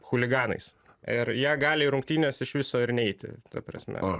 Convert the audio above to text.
chuliganais ir jie gali į rungtynes iš viso ir neiti ta prasme